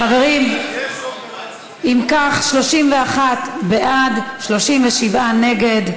חברים, אם כך, 31 בעד, 37 נגד.